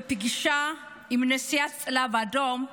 בפגישה עם נשיאת הצלב האדום,